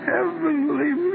Heavenly